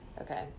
Okay